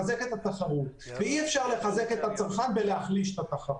לחזק את התחרות ואי אפשר לחזק את הצרכן בהחלשת התחרות.